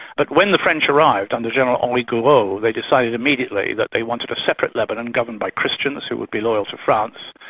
but when the french arrived under general and gouraud they decided immediately that they wanted a separate lebanon governed by christians who would be loyal to france,